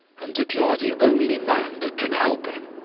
and that you are the only man that can help him.